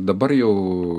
dabar jau